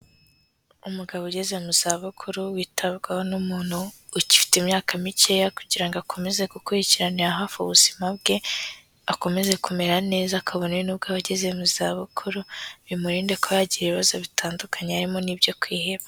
Umugabo ugeze mu zabukuru witabwaho n'umuntu ugifite imyaka mikeya kugira ngo akomeze gukurikiranira hafi ubuzima bwe, akomeze kumera neza kabone n'ubwo aba ageze mu zabukuru, bimurinde kuba yagira ibibazo bitandukanye harimo n'ibyo kwiheba.